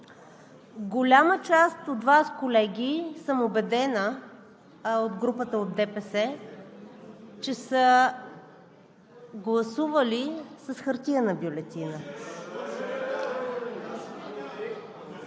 голяма част от Вас, колеги, съм убедена, а от групата от ДПС, че са гласували – с хартиена бюлетина.